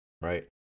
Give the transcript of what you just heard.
right